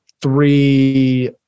three